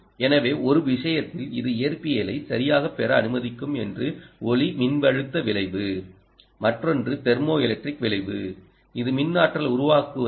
எனவே ஒரு விஷயத்தில் அது இயற்பியலை சரியாகப் பெற அனுமதிக்கும் ஒன்று ஒளிமின்னழுத்த விளைவு மற்றொன்று தெர்மோஎலக்ட்ரிக் விளைவு இது மின் ஆற்றல் உருவாக்குவதற்குப்